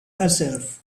herself